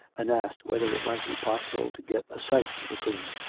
and asked whether it might be possible to get a sight of the queen.